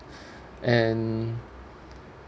and